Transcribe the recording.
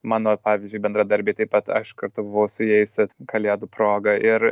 mano pavyzdžiui bendradarbiai taip pat aš kartu su jais kalėdų proga ir